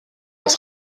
das